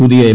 പുതിയ എം